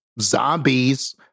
zombies